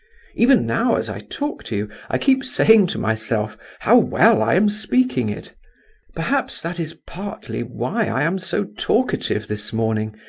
even now, as i talk to you, i keep saying to myself how well i am speaking it perhaps that is partly why i am so talkative this morning.